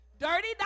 dirty